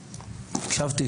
הקשבתי,